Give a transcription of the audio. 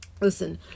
listen